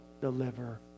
deliver